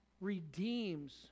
redeems